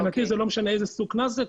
מבחינתי, זה לא משנה איזה סוג קנס זה.